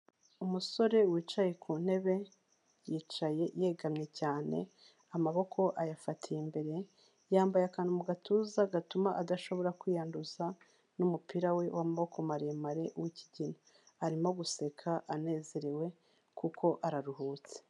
Umusore wicaye ku ntebe yicaye yegamye cyane amaboko ayafatiye imbere, yambaye akantu mu gatuza gatuma adashobora kwiyanduza n'umupira we w'amaboko maremare w'ikigina, arimo guseka anezerewe kuko araruhutse.